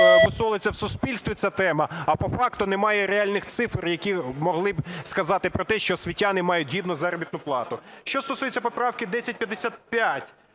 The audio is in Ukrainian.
мусолиться в суспільстві, ця тема, а по факту немає реальних цифр, які могли б сказати про те, що освітяни мають гідну заробітну плату. Що стосується поправки 1055,